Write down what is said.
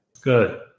Good